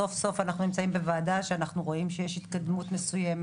סוף סוף אנחנו נמצאים בוועדה שאנחנו רואים שיש התקדמות מסוימת,